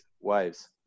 waves